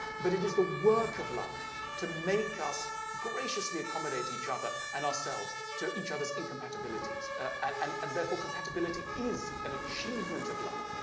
but it is the work of love to make us graciously accommodate each other and ourselves to each other's incompatibilities. and, therefore, compatibility is an achievement of love.